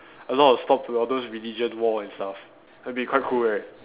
a lot of stop to all those religion war and stuff it'll be quite cool right